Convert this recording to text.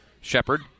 Shepard